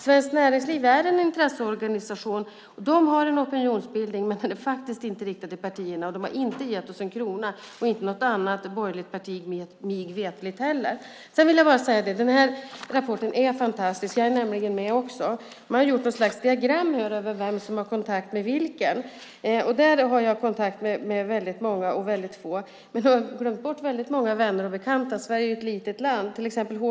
Svenskt Näringsliv är en intresseorganisation som bedriver opinionsbildning, men denna är inte riktad mot partierna. De har inte gett oss en krona, och mig veterligt inte något annat borgerligt parti heller. Sedan vill jag bara säga att den här rapporten är fantastisk; jag är nämligen också med. De har gjort något slags diagram över vem som har kontakt med vem, och där har jag kontakt med både väldigt många och väldigt få. De har glömt bort många vänner och bekanta. Sverige är ju ett litet land. Till exempel H.